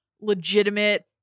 legitimate